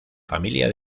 familia